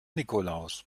nikolaus